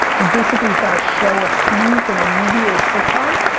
you've basically got to show a scene from a movie or a sitcom,